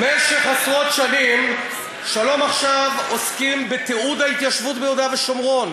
במשך עשרות שנים "שלום עכשיו" עוסקים בתיעוד ההתיישבות ביהודה ושומרון,